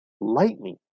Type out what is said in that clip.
lightning